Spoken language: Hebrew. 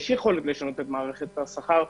יש יכולת לשנות את מערכת השכר,